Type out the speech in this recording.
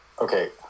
Okay